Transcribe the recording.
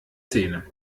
zähne